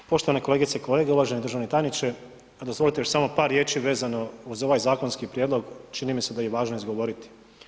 Poštovani kolegice i kolege, uvaženi državni tajniče, dozvolite još samo par riječi vezano uz ovaj zakonski prijedlog, čini mi se da ih je važno izgovoriti.